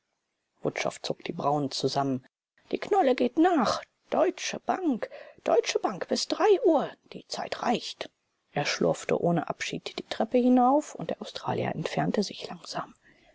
zog die brauen zusammen die knolle geht nach deutsche bank deutsche bank bis drei uhr die zeit reicht er schlurfte ohne abschied die treppe hinauf und der australier entfernte sich langsam